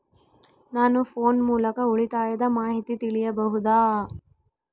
ನಾವು ಫೋನ್ ಮೂಲಕ ಉಳಿತಾಯದ ಮಾಹಿತಿ ತಿಳಿಯಬಹುದಾ?